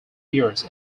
years